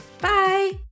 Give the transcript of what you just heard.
Bye